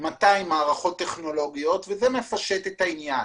מערכות טכנולוגיות וזה מפשט את העניין.